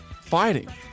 fighting